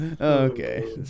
Okay